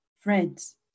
friends